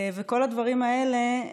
וכל הדברים האלה,